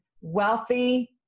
wealthy